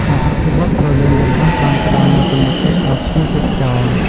ការអភិវឌ្ឍព្រលានយន្តហោះបានផ្តល់នូវទំនុកចិត្តដល់ភ្ញៀវទេសចរ។